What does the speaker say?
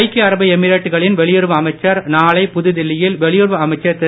ஐக்கிய அரபு எமிரேட்டுகளின் வெளியுறவு அமைச்சர் நாளை புதுடில்லியில் வெளியுறவு அமைச்சர் திரு